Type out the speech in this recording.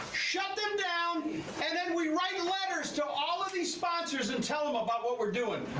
shut them down and then we write letters to all of these sponsors and tell them about what we're doing.